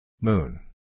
Moon